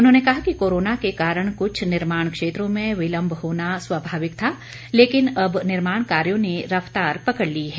उन्होंने कहा कि कोरोना के कारण कुछ निर्माण क्षेत्रों में विलम्ब होना स्वभाविक था लेकिन अब निर्माण कार्यों ने रफतार पकड़ ली है